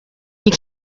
you